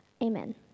Amen